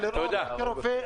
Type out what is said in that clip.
רבה, הישיבה